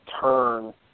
turn